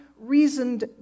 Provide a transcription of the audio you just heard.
reasoned